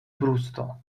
brusto